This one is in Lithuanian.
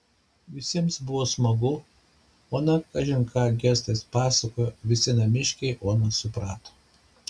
visiems buvo smagu ona kažin ką gestais pasakojo visi namiškiai oną suprato